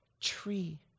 tree